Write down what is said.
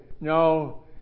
No